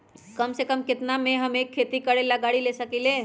कम से कम केतना में हम एक खेती करेला गाड़ी ले सकींले?